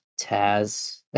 Taz